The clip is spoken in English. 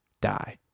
die